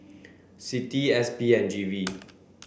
CITI S P and G V